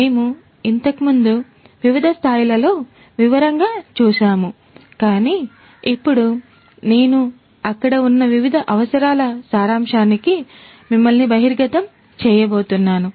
మేము ఇంతకుముందు వివిధ స్థాయిలలో వివరంగా చూశాము కాని ఇప్పుడు నేను అక్కడ ఉన్న వివిధ అవసరాల సారాంశానికి మిమ్మల్ని బహిర్గతం చేయబోతున్నాను